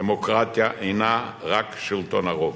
דמוקרטיה אינה רק שלטון הרוב.